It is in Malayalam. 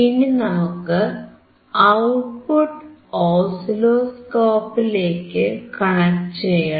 ഇനി നമുക്ക് ഔട്ട്പുട്ട് ഓസിലോസ്കോപ്പിലേക്കു കണക്ട് ചെയ്യണം